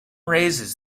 raises